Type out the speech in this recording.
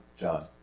John